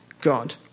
God